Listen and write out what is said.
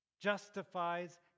justifies